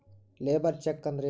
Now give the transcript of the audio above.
Labour check ಅಂದ್ರ ಏನು?